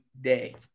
day